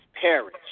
perish